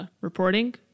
Reporting